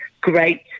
great